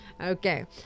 Okay